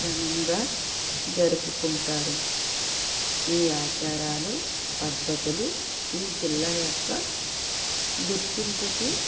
ఘనంగా జరుపుకుంటారు ఈ ఆచారాలు పద్ధతులు ఈ జిల్లా యొక్క గుర్తింపుకి